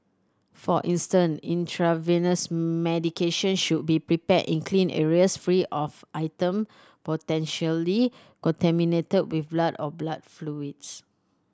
for instance intravenous medication should be prepared in clean areas free of item potentially contaminated with blood or blood fluids